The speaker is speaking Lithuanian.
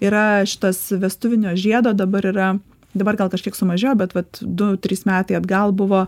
yra šitas vestuvinio žiedo dabar yra dabar gal kažkiek sumažėjo bet vat du trys metai atgal buvo